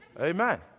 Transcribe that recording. Amen